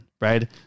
Right